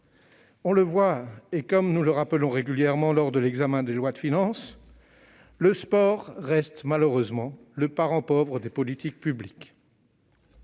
On le voit, et nous le rappelons régulièrement lors de l'examen des projets de loi de finances, le sport reste malheureusement le parent pauvre des politiques publiques.